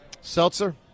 Seltzer